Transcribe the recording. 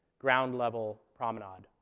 ground-level promenade.